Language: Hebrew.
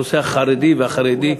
הנושא החרדי והחרדי.